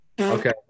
Okay